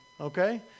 okay